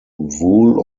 wool